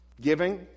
Giving